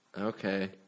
Okay